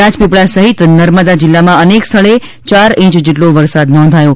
રાજપીપળા સહિત નર્મદા જિલ્લામાં અનેક સ્થળે ચાર ઇંચ જેટલો વરસાદ નોંધાયો છે